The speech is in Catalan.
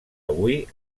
avui